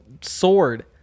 sword